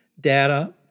data